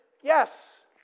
yes